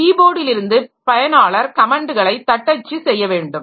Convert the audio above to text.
key போர்டிலிருந்து பயனாளர் கமென்ட்களை தட்டச்சு செய்ய வேண்டும்